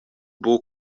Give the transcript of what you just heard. buca